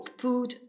food